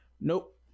Nope